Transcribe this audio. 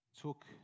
took